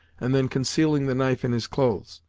and then concealing the knife in his clothes,